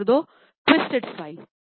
number 2 twisted Ismail